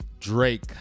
Drake